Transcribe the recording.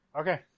Okay